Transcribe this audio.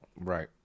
Right